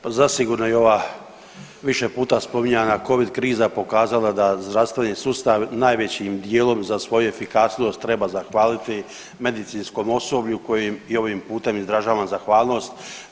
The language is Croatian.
Pa zasigurno i ova više puta spominjanja covid kriza pokazala da zdravstveni sustav najvećim dijelom za svoju efikasnost treba zahvaliti medicinskom osoblju kojem i ovim putem izražavam zahvalnost.